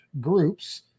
groups